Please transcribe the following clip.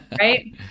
right